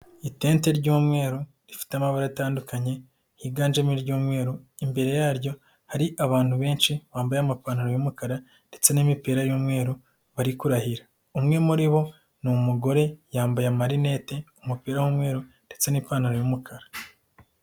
Itente ry'umweru rifite amabara atandukanye higanjemo iry'umweru, imbere yaryo hari abantu benshi bambaye amapantaro y'umukara ndetse n'imipira y'umweru bari kurahira, umwe muri bo ni umugore yambaye amarinete, umupira w'umweru ndetse n'ipantaro y'umukara.